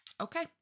okay